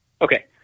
Okay